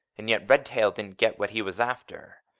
and yet redtail didn't get what he was after.